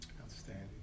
Outstanding